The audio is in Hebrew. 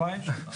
אלפיים שנה.